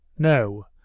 no